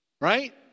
Right